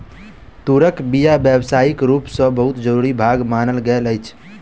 तूरक बीया व्यावसायिक रूप सॅ बहुत जरूरी भाग मानल गेल अछि